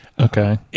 Okay